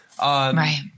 Right